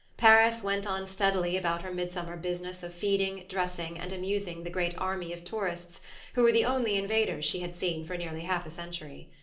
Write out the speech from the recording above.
paris went on steadily about her mid-summer business of feeding, dressing, and amusing the great army of tourists who were the only invaders she had seen for nearly half a century.